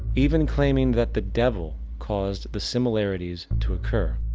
even claiming that the devil caused the similarities to occur.